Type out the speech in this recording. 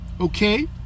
Okay